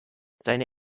seine